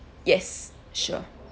yes sure